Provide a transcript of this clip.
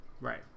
right